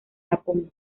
japón